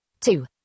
two